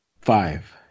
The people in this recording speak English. Five